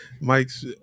Mike's